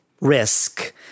risk